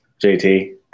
JT